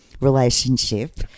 relationship